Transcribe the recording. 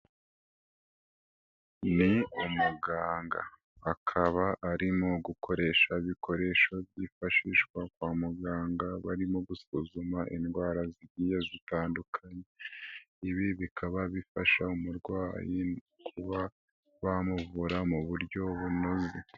Ni umuganga akaba arimo gukoresha ibikoresho byifashishwa kwa muganga barimo gusuzuma indwara zigiye zitandukanye, ibi bikaba bifasha umurwayi kuba bamuvura mu buryo bunoze.